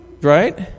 right